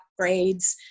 upgrades